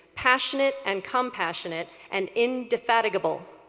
passionate and compassionate, and indefatigable.